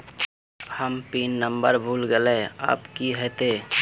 हम PIN number भूल गलिऐ अब की होते?